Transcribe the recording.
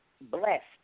blessed